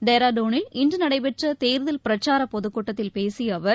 டேராடுனில் இன்று நடைபெற்ற தேர்தல் பிரச்சார பொதுக்கூட்டத்தில் பேசிய அவர்